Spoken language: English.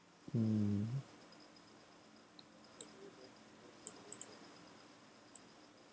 mm